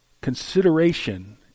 consideration